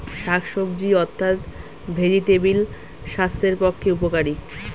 শাকসবজি অর্থাৎ ভেজিটেবল স্বাস্থ্যের পক্ষে উপকারী